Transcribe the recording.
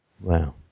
Wow